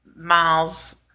miles